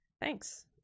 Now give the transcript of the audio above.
Thanks